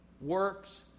works